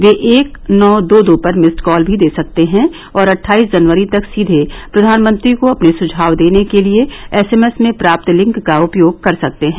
वे एक नौ दो दो पर मिस्ड कॉल भी दे सकते हैं और अट्ठाईस जनवरी तक सीधे प्रधानमंत्री को अपने सुझाव देने के लिए एस एम एस में प्राप्त लिंक का उपयोग कर सकते हैं